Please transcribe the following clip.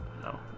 No